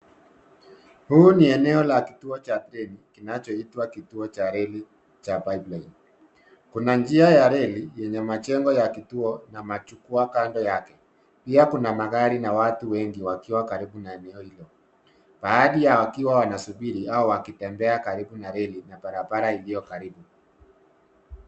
Huu ni eneo wa kituo cha kinachoitwa kituo cha reli cha Pipeline. Kuna njia ya reli yenye majengo ya kituo na machukuakando yake. Pia kuna magari na watu wengi wakiwa karibu na eneo hilo. Baadhi yao wakiwa wanatembea au kusubiri kwenye reli na barabara iliyo karibu.